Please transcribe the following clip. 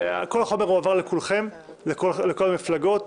החומר הועבר לכולכם, לכל המפלגות.